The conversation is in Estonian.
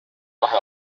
kahe